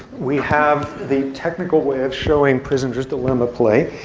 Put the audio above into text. we have the technical way of showing prisoner's dilemma play.